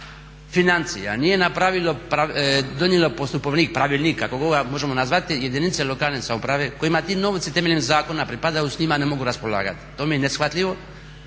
napravilo, nije donijelo postupovnik, pravilnik kako god ga možemo nazvati jedinice lokalne samouprave kojima ti novci temeljem zakona pripadaju s njima ne mogu raspolagati. To mi je neshvatljivo